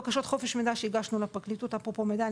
מבקשות חופש מידע שהגשנו לפרקליטות אפרופו מידע,